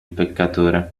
peccatore